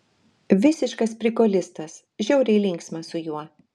visiškas prikolistas žiauriai linksma su juo